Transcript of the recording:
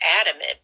adamant